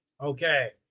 okay